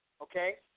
okay